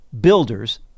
Builders